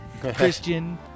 Christian